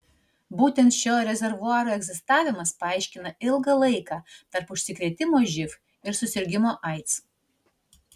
būtent šio rezervuaro egzistavimas paaiškina ilgą laiką tarp užsikrėtimo živ ir susirgimo aids